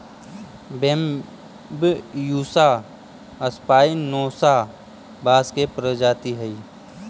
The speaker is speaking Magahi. बैम्ब्यूसा स्पायनोसा बाँस के प्रजाति हइ